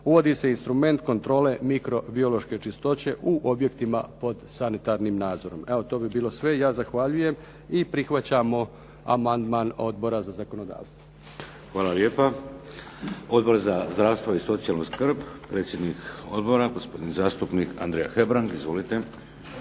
uvodi se instrument kontrole mikrobiološke čistoće u objektima pod sanitarnim nadzorom. Evo, to bi bilo sve. Ja zahvaljujem i prihvaćamo amandman Odbora za zakonodavstvo. **Šeks, Vladimir (HDZ)** Hvala lijepa. Odbor za zdravstvo i socijalnu skrb, predsjednik odbora, gospodin zastupnika Andrija Hebrang. Izvolite.